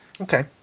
Okay